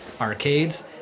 arcades